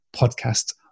podcast